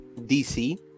DC